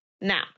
Now